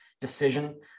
decision